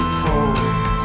told